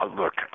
look